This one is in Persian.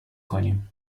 کنیم